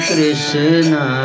Krishna